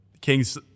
Kings